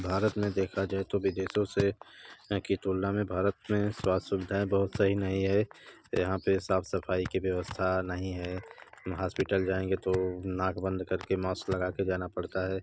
भारत में देखा जाए तो विदेशों से कि तुलना में भारत में स्वास्थ्य सुविधाऍं बहुत सही नहीं है यहाँ पर साफ़ सफ़ाई की व्यवस्था नहीं है हॉस्पिटल जाएंगे तो नाक बंद कर के मास्क लगा के जाना पड़ता है